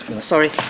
Sorry